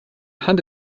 hand